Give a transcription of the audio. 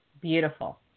Beautiful